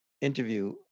interview